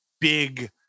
big